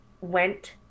went